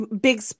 big